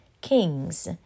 kings